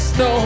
no